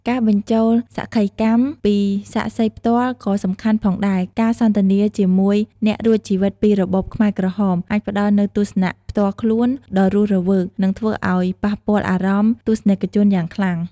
ការបញ្ចូលសក្ខីកម្មពីសាក្សីផ្ទាល់ក៏សំខាន់ផងដែរ ការសន្ទនាជាមួយអ្នករួចជីវិតពីរបបខ្មែរក្រហម អាចផ្តល់នូវទស្សនៈផ្ទាល់ខ្លួនដ៏រស់រវើក និងធើ្វឲ្យប៉ះពាល់អារម្មណ៍ទស្សនិកជនយ៉ាងខ្លាំង។